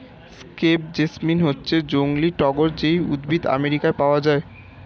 crepe jasmine হচ্ছে জংলী টগর যেই উদ্ভিদ আমেরিকায় পাওয়া যায়